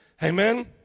Amen